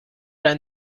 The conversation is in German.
ein